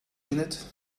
innit